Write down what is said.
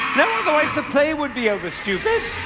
no, otherwise the play would be over, stupid.